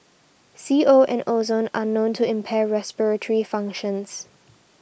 C O and ozone are known to impair respiratory functions